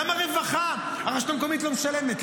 למה רווחה הרשות המקומית לא משלמת?